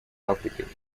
африкой